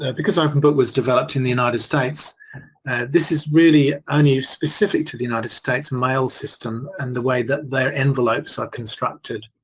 ah because openbook was developed in the united states this is really and only specific to the united states. mail system and the way that their envelopes are constructed.